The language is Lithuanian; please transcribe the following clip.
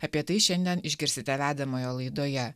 apie tai šiandien išgirsite vedamoje laidoje